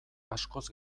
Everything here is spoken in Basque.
askoz